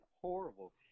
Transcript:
horrible